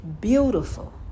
beautiful